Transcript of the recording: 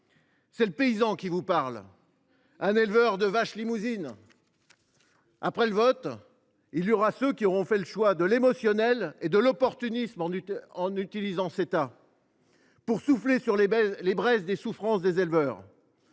c’est le paysan qui vous parle, l’éleveur de vaches limousines ! Après le vote, il y aura ceux qui auront fait le choix de l’émotionnel et de l’opportunisme, en utilisant le Ceta pour souffler sur les braises des souffrances des éleveurs,